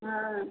हाँ